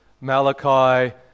Malachi